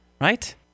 right